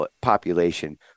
population